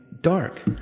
dark